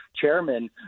Chairman